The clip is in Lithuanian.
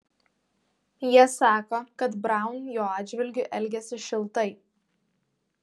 jie sako kad braun jo atžvilgiu elgėsi šiltai